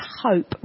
hope